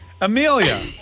Amelia